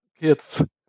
kids